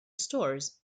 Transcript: stores